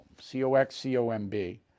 C-O-X-C-O-M-B